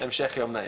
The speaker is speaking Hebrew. המשך יום נעים.